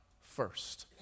first